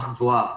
גבוהה